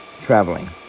traveling